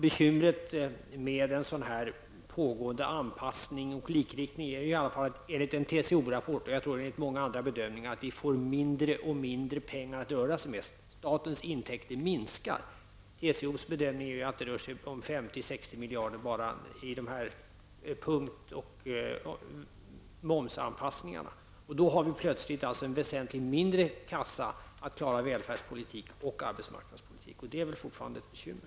Bekymret med en sådan pågående anpassning och likriktning är -- åtminstone enligt en TCO-rapport, och säkert enligt andra bedömningar -- att vi får mindre och mindre pengar att röra oss med. Statens intäkter minskar. TCOs bedömning är att det rör sig om 50--60 miljarder enbart när det gäller dessa punkt och momsanpassningar. Och då har vi plötsligt en väsentligt mindre kassa för att klara välfärdspolitik och arbetsmarknadspolitik. Och det är väl fortfarande ett bekymmer?